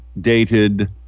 dated